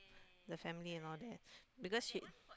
the family and all that because she